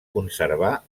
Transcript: conservar